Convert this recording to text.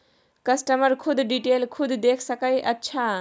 customer खुद detail खुद देख सके अच्छा